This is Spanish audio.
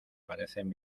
parecen